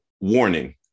Warning